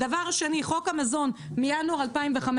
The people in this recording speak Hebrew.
דבר נוסף, חוק המזון מינואר 2015,